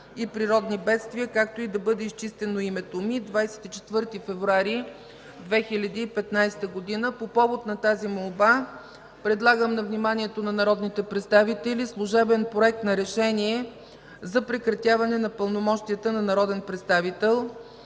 и природни бедствия, както и да бъде изчистено името ми. 24 февруари 2015 г.” По повод на тази молба предлагам на вниманието на народните представители Служебен проект на решение за прекратяване на пълномощията на народен представител: